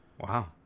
wow